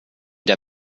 der